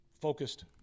focused